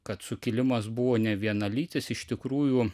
kad sukilimas buvo nevienalytis iš tikrųjų